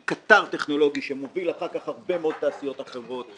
היא קטר טכנולוגי שמוביל אחר כך הרבה מאוד תעשיות אחרות,